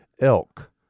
Elk